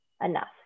enough